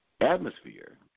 atmosphere